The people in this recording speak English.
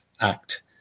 act